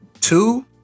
two